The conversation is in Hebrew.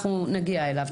ואנחנו נגיע אליו.